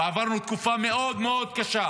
ועברנו תקופה מאוד מאוד קשה